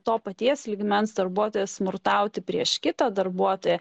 to paties lygmens darbuotojas smurtauti prieš kitą darbuotoją